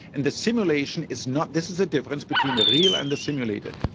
and the simulation is not, this is the difference between the real and the simulated.